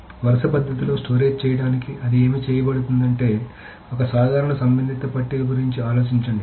కాబట్టి వరుస పద్ధతిలో స్టోరేజ్ చేయడానికి అది ఏమి చెబుతుందంటే ఒక సాధారణ సంబంధిత పట్టిక గురించి ఆలోచించండి